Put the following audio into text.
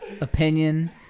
opinion